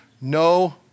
no